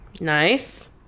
nice